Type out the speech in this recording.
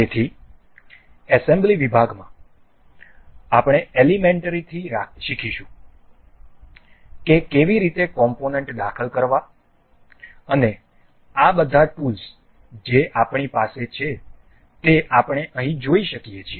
તેથી એસેમ્બલી વિભાગમાં આપણે એલિમેન્ટરીથી શીખીશું કે કેવી રીતે કોમ્પોનન્ટ દાખલ કરવા અને આ બધા ટૂલ્સ જે આપણી પાસે છે તે આપણે અહીં જોઈ શકીએ